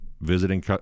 visiting